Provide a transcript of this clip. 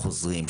חוזרים,